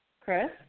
Chris